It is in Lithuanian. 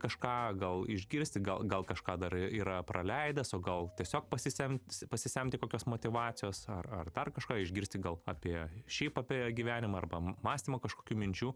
kažką gal išgirsti gal gal kažką dar yra praleidęs o gal tiesiog pasisemt pasisemti kokios motyvacijos ar ar dar kažką išgirsti gal apie šiaip apie gyvenimą arba mąstymą kažkokių minčių